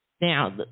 Now